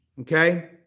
okay